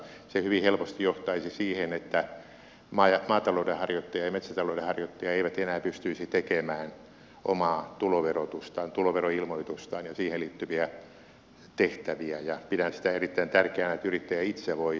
se hyvin helposti johtaisi siihen että maatalouden harjoittaja ja metsätalouden harjoittaja eivät enää pystyisi tekemään omaa tuloveroilmoitustaan ja siihen liittyviä tehtäviä ja pidän sitä erittäin tärkeänä että yrittäjä itse voi selviytyä verotuksestaan